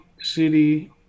city